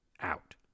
out